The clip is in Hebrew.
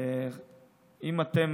האם אתה,